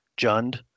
jund